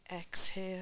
exhale